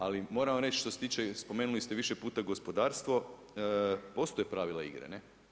Ali moram vam reći da što se tiče spomenuli ste više puta gospodarstvo, postoje pravila igre, ne.